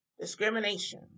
Discrimination